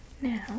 now